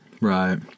Right